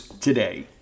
today